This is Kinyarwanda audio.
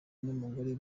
n’umugore